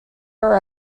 are